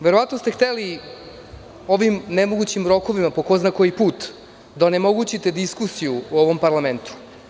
Verovatno ste hteli ovim nemogućim rokovima, po ko zna koji put, da onemogućite diskusiju u ovom parlamentu.